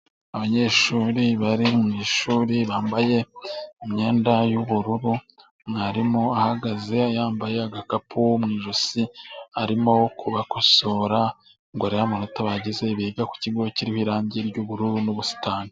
Abanyeshuri bari mu ishuri bambaye imyenda y'ubururu, mwarimu ahagaze yambaye agakapu mu ijosi, arimo kubakosora ngo arebe amanota bagize, biga ku kigo cyiriho irangi ry'ubururu n'ubusitani.